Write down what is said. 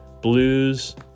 Blues